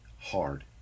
Hard